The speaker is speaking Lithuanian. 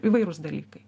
įvairūs dalykai